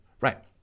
Right